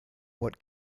what